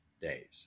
days